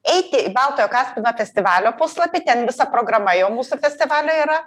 eiti į baltojo kaspino festivalio puslapį ten visa programa jau mūsų festivalio yra